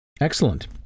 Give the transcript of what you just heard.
Excellent